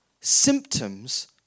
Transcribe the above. symptoms